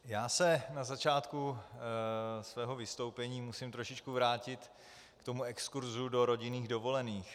Já se na začátku svého vystoupení musím trošičku vrátit k exkurzu do rodinných dovolených.